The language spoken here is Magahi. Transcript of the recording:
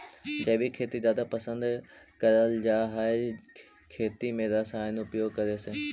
जैविक खेती जादा पसंद करल जा हे खेती में रसायन उपयोग करे से